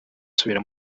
asubira